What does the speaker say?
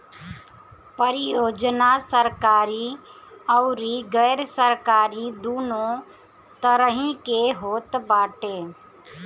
परियोजना सरकारी अउरी गैर सरकारी दूनो तरही के होत बाटे